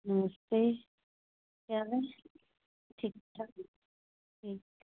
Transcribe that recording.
नमस्ते केह् हाल ऐ ठीक ठाक